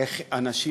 אז על מה יענו?